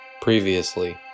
Previously